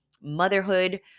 motherhood